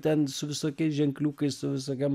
ten su visokiais ženkliukais su visokiom